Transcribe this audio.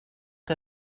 que